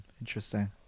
Interesting